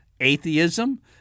Atheism